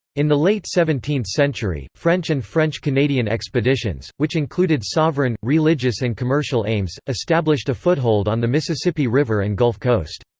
in the late seventeenth century, french and french canadian expeditions, which included sovereign, religious and commercial aims, established a foothold on the mississippi river and gulf coast.